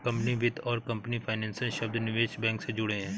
company वित्त और company financer शब्द निवेश बैंक से जुड़े हैं